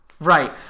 Right